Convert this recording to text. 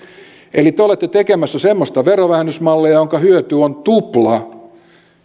eli te olette tekemässä semmoista verovähennysmallia jonka hyöty on